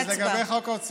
יש חוק חליפי.